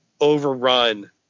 overrun